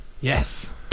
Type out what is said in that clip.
Yes